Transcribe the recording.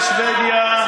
בשבדיה,